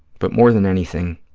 but more than anything,